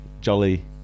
jolly